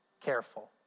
careful